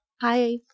Hi